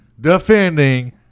defending